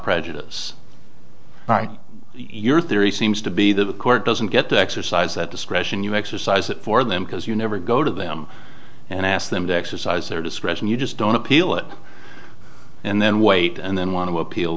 prejudice all right your theory seems to be that the court doesn't get to exercise that discretion you exercise it for them because you never go to them and ask them to exercise their discretion you just don't appeal it and then wait and then want to appeal